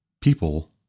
people